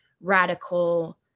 radical